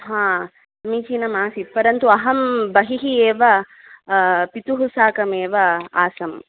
समीचीनमासीत् परन्तु अहं बहिः एव पितुः साकमेव आसम्